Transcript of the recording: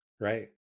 right